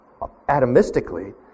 atomistically